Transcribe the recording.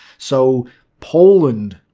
so poland,